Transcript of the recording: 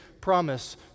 promise